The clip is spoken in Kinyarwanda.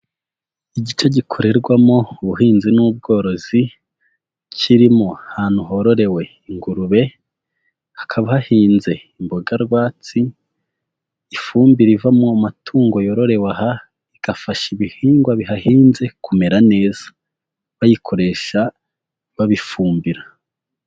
Igice gikorerwamo ubuhinzi n'ubworozi kirimo ahantu hororewe ingurube, hakaba hahinze imboga rwatsi. Ifumbire iva mu amatungo yororewe aha igafasha ibihingwa bihahinze kumera neza bayikoresha babifumbira.